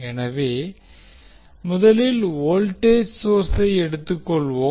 எனவே முதலில் வோல்டேஜ் சோர்ஸை எடுத்துக்கொள்வோம்